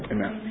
Amen